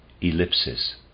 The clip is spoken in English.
Ellipsis